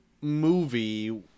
movie